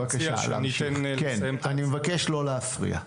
אני מבקש לא להפריע.